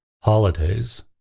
holidays